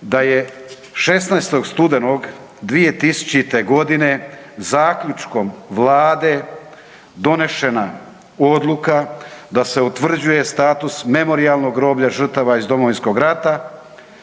da je 16. studenog 2000. godine zaključkom Vlade donešena odluka da se utvrđuje status Memorijalnog groblja žrtava iz Domovinskog rata,